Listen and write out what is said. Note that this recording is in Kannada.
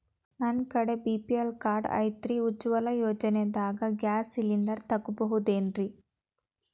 ನನ್ನ ಕಡೆ ಬಿ.ಪಿ.ಎಲ್ ಕಾರ್ಡ್ ಐತ್ರಿ, ಉಜ್ವಲಾ ಯೋಜನೆದಾಗ ಗ್ಯಾಸ್ ಸಿಲಿಂಡರ್ ತೊಗೋಬಹುದೇನ್ರಿ?